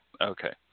Okay